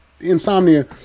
insomnia